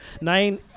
Nine